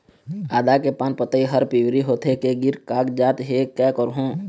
आदा के पान पतई हर पिवरी होथे के गिर कागजात हे, कै करहूं?